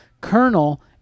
Colonel